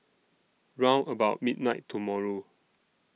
round about midnight tomorrow